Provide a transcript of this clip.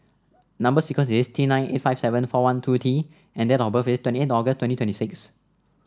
number sequence is T nine eight five seven four one two T and date of birth is twenty eight August twenty twenty six